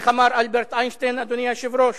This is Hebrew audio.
איך אמר אלברט איינשטיין, אדוני היושב-ראש?